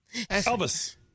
Elvis